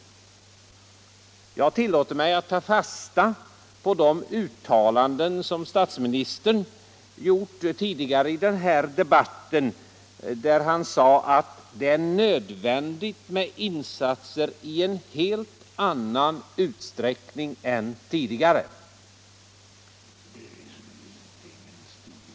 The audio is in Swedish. Jag tillåter mig att ta fasta på de uttalanden som statsministern gjort tidigare i den här debatten, där han sagt att det nu är nödvändigt med insatser i en helt annan utsträckning än tidigare.